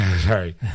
Sorry